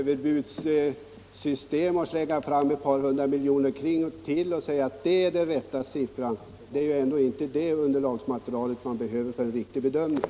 Herr talman! Att bara tillämpa ett överbudssystem — man slänger fram ett bud på ett par hundra miljoner mer och säger att det är den rätta siffran — ger inte det underlag som behövs för en riktig bedömning.